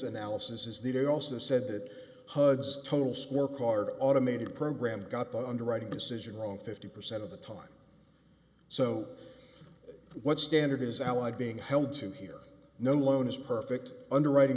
analysis is the day also said that hud's total scorecard automated program got the underwriting decision wrong fifty percent of the time so what standard is i like being held to here no loan is perfect underwriting